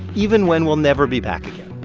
even when we'll never be back again.